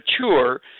mature